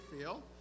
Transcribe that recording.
feel